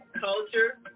culture